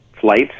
flights